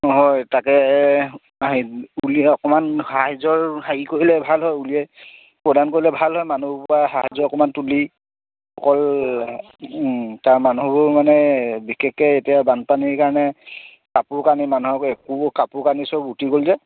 অঁ হয় তাকে হেৰি উলিয়াই অকমান সাহাৰ্য হেৰি কৰিলে ভাল হয় উলিয়াই প্ৰদান কৰিলে ভাল হয় মানুহবোৰৰপৰা সাহাৰ্য অকমান তুলি অকল তাৰ মানুহবোৰ মানে বিশেষকৈ এতিয়া বানপানীৰ কাৰণে কাপোৰ কানি মানুহক একো কাপোৰ কানি চব উটি গল যে